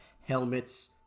helmets